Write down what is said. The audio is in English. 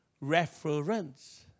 Reference